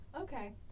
Okay